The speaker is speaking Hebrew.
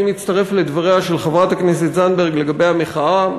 אני מצטרף לדבריה של חברת הכנסת זנדברג לגבי המחאה,